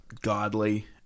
godly